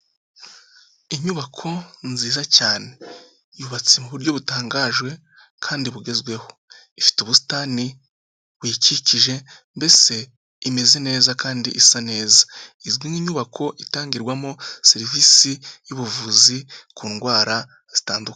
Inyubako nziza cyane yubatse mu buryo butangaje kandi bugezweho. Ifite ubusitani buyikikije mbese imeze neza kandi isa neza. Izwi nk'inyubako itangirwamo serivisi y'ubuvuzi ku ndwara zitandukanye.